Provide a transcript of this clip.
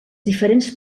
diferents